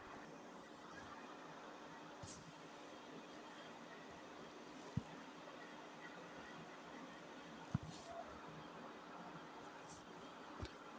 నాకు పండగ కి పైసలు కావాలి దానికి సంబంధించి ఋణం తీసుకోవాలని అనుకుంటున్నం నాన్ బ్యాంకింగ్ సెక్టార్ నుంచి తీసుకోవచ్చా?